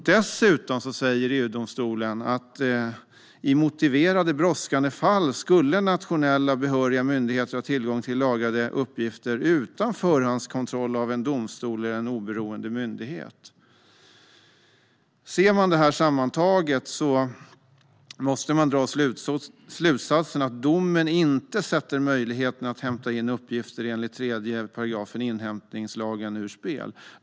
Dessutom säger EU-domstolen att i motiverade brådskande fall skulle nationella behöriga myndigheter ha tillgång till lagrade uppgifter utan förhandskontroll av en domstol eller en oberoende myndighet. Fortsatt giltighet av en tidsbegränsad bestämmelse i inhämtningslagen Ser man det här sammantaget måste man dra slutsatsen att domen inte sätter möjligheten att hämta in uppgifter enligt 3 § inhämtningslagen ur spel.